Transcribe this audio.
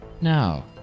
Now